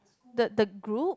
the the group